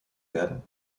werden